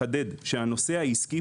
כמו כן אנחנו מבקשים לחדד שהנושא העסקי